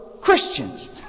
Christians